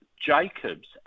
Jacobs